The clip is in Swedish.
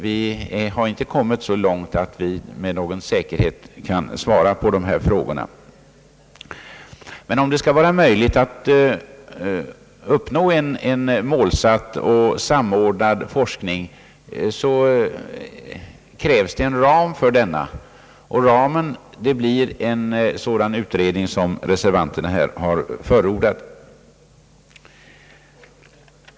Vi har inte kommit så långt att vi med någon säkerhet kan svara på dessa frågor. Men om det skall vara möjligt att uppnå en målsatt och samordnad forskning, så krävs en ram för denna och den ramen blir en sådan utredning som reservanterna här förordar.